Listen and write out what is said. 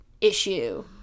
issue